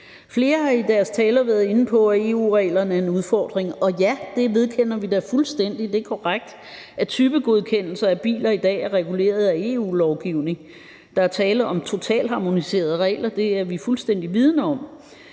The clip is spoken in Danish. Flere har i deres taler været inde på, at EU-reglerne er en udfordring, og ja, det vedkender vi os da fuldstændig. Det er korrekt, at typegodkendelser af biler i dag er reguleret af EU-lovgivning. Der er tale om totalharmoniserede regler, det er vi fuldstændig vidende om.